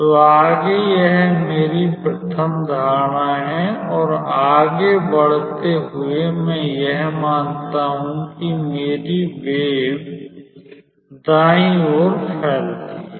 तो आगे यह मेरी प्रथम धारणा है और आगे बढ़ाते हुए मैं यह मानता हूं कि मेरी वेव दाईं ओर फैलती है